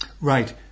right